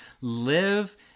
live